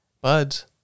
buds